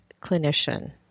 clinician